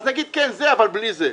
אז נגיד, כן זה אבל בלי זה.